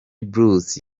bruce